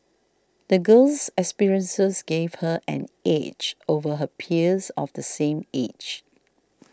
the girl's experiences gave her an edge over her peers of the same age